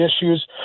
issues